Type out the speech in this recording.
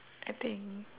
I think